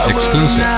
Exclusive